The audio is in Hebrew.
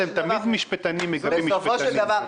תמיד משפטנים מגבים משפטנים.